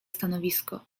stanowisko